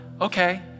Okay